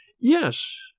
Yes